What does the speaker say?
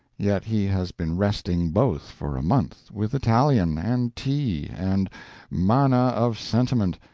yet he has been resting both for a month, with italian, and tea, and manna of sentiment,